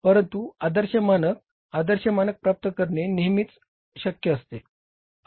परंतु आदर्श मानक आदर्श मानक प्राप्त करणे नेहमीच शक्य असते